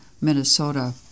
Minnesota